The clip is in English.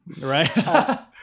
right